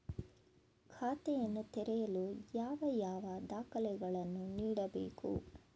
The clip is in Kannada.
ಖಾತೆಯನ್ನು ತೆರೆಯಲು ಯಾವ ಯಾವ ದಾಖಲೆಗಳನ್ನು ನೀಡಬೇಕು?